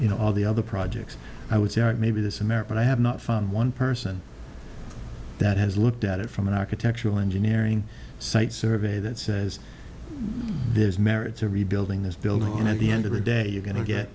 you know all the other projects i would say maybe this american i have not found one person that has looked at it from an architectural engineering site survey that says there's merit to rebuilding this building and at the end of the day you're go